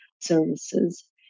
services